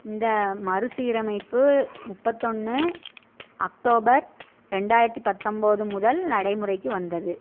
இந்த மறுசீரமைப்பு முப்பத்தொன்று அக்டோபர் ரெண்டாயிரத்து பத்தொம்பது முதல் நடைமுறைக்கு வந்தது